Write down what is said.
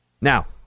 Now